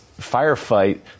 firefight